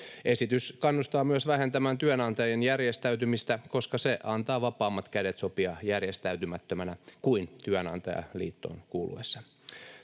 Esitys kannustaa myös vähentämään työnantajien järjestäytymistä, koska se antaa vapaammat kädet sopia järjestäytymättömänä kuin työnantajaliittoon kuuluessa.